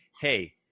hey